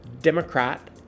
Democrat